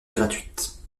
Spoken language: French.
gratuite